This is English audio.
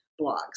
blogs